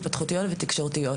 התפתחותיות ותקשורתיות,